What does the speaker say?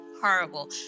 horrible